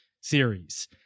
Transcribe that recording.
series